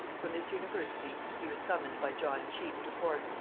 from this university he was summoned by john cheke to court,